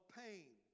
pain